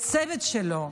לצוות שלו.